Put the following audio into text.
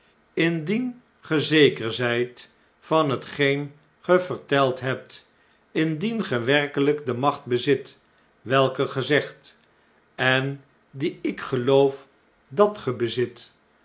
indien ge zeker zjjt van hetgeen ge verteld hebt indien ge werkelijk de macht bezit welke ge zegt en die ik geloof dat ge bezit